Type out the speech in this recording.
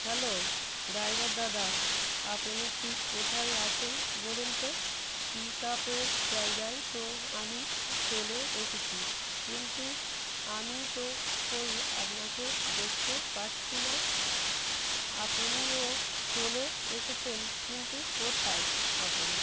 hello driver দাদা আপনি ঠিক কোথায় আছেন বলুন তো পিক আপের জায়গায় তো আমি চলে এসেছি কিন্তু আমি তো কই আপনাকে দেখতে পাচ্ছি না আপনিও চলে এসেছেন কিন্তু কোথায় আপনি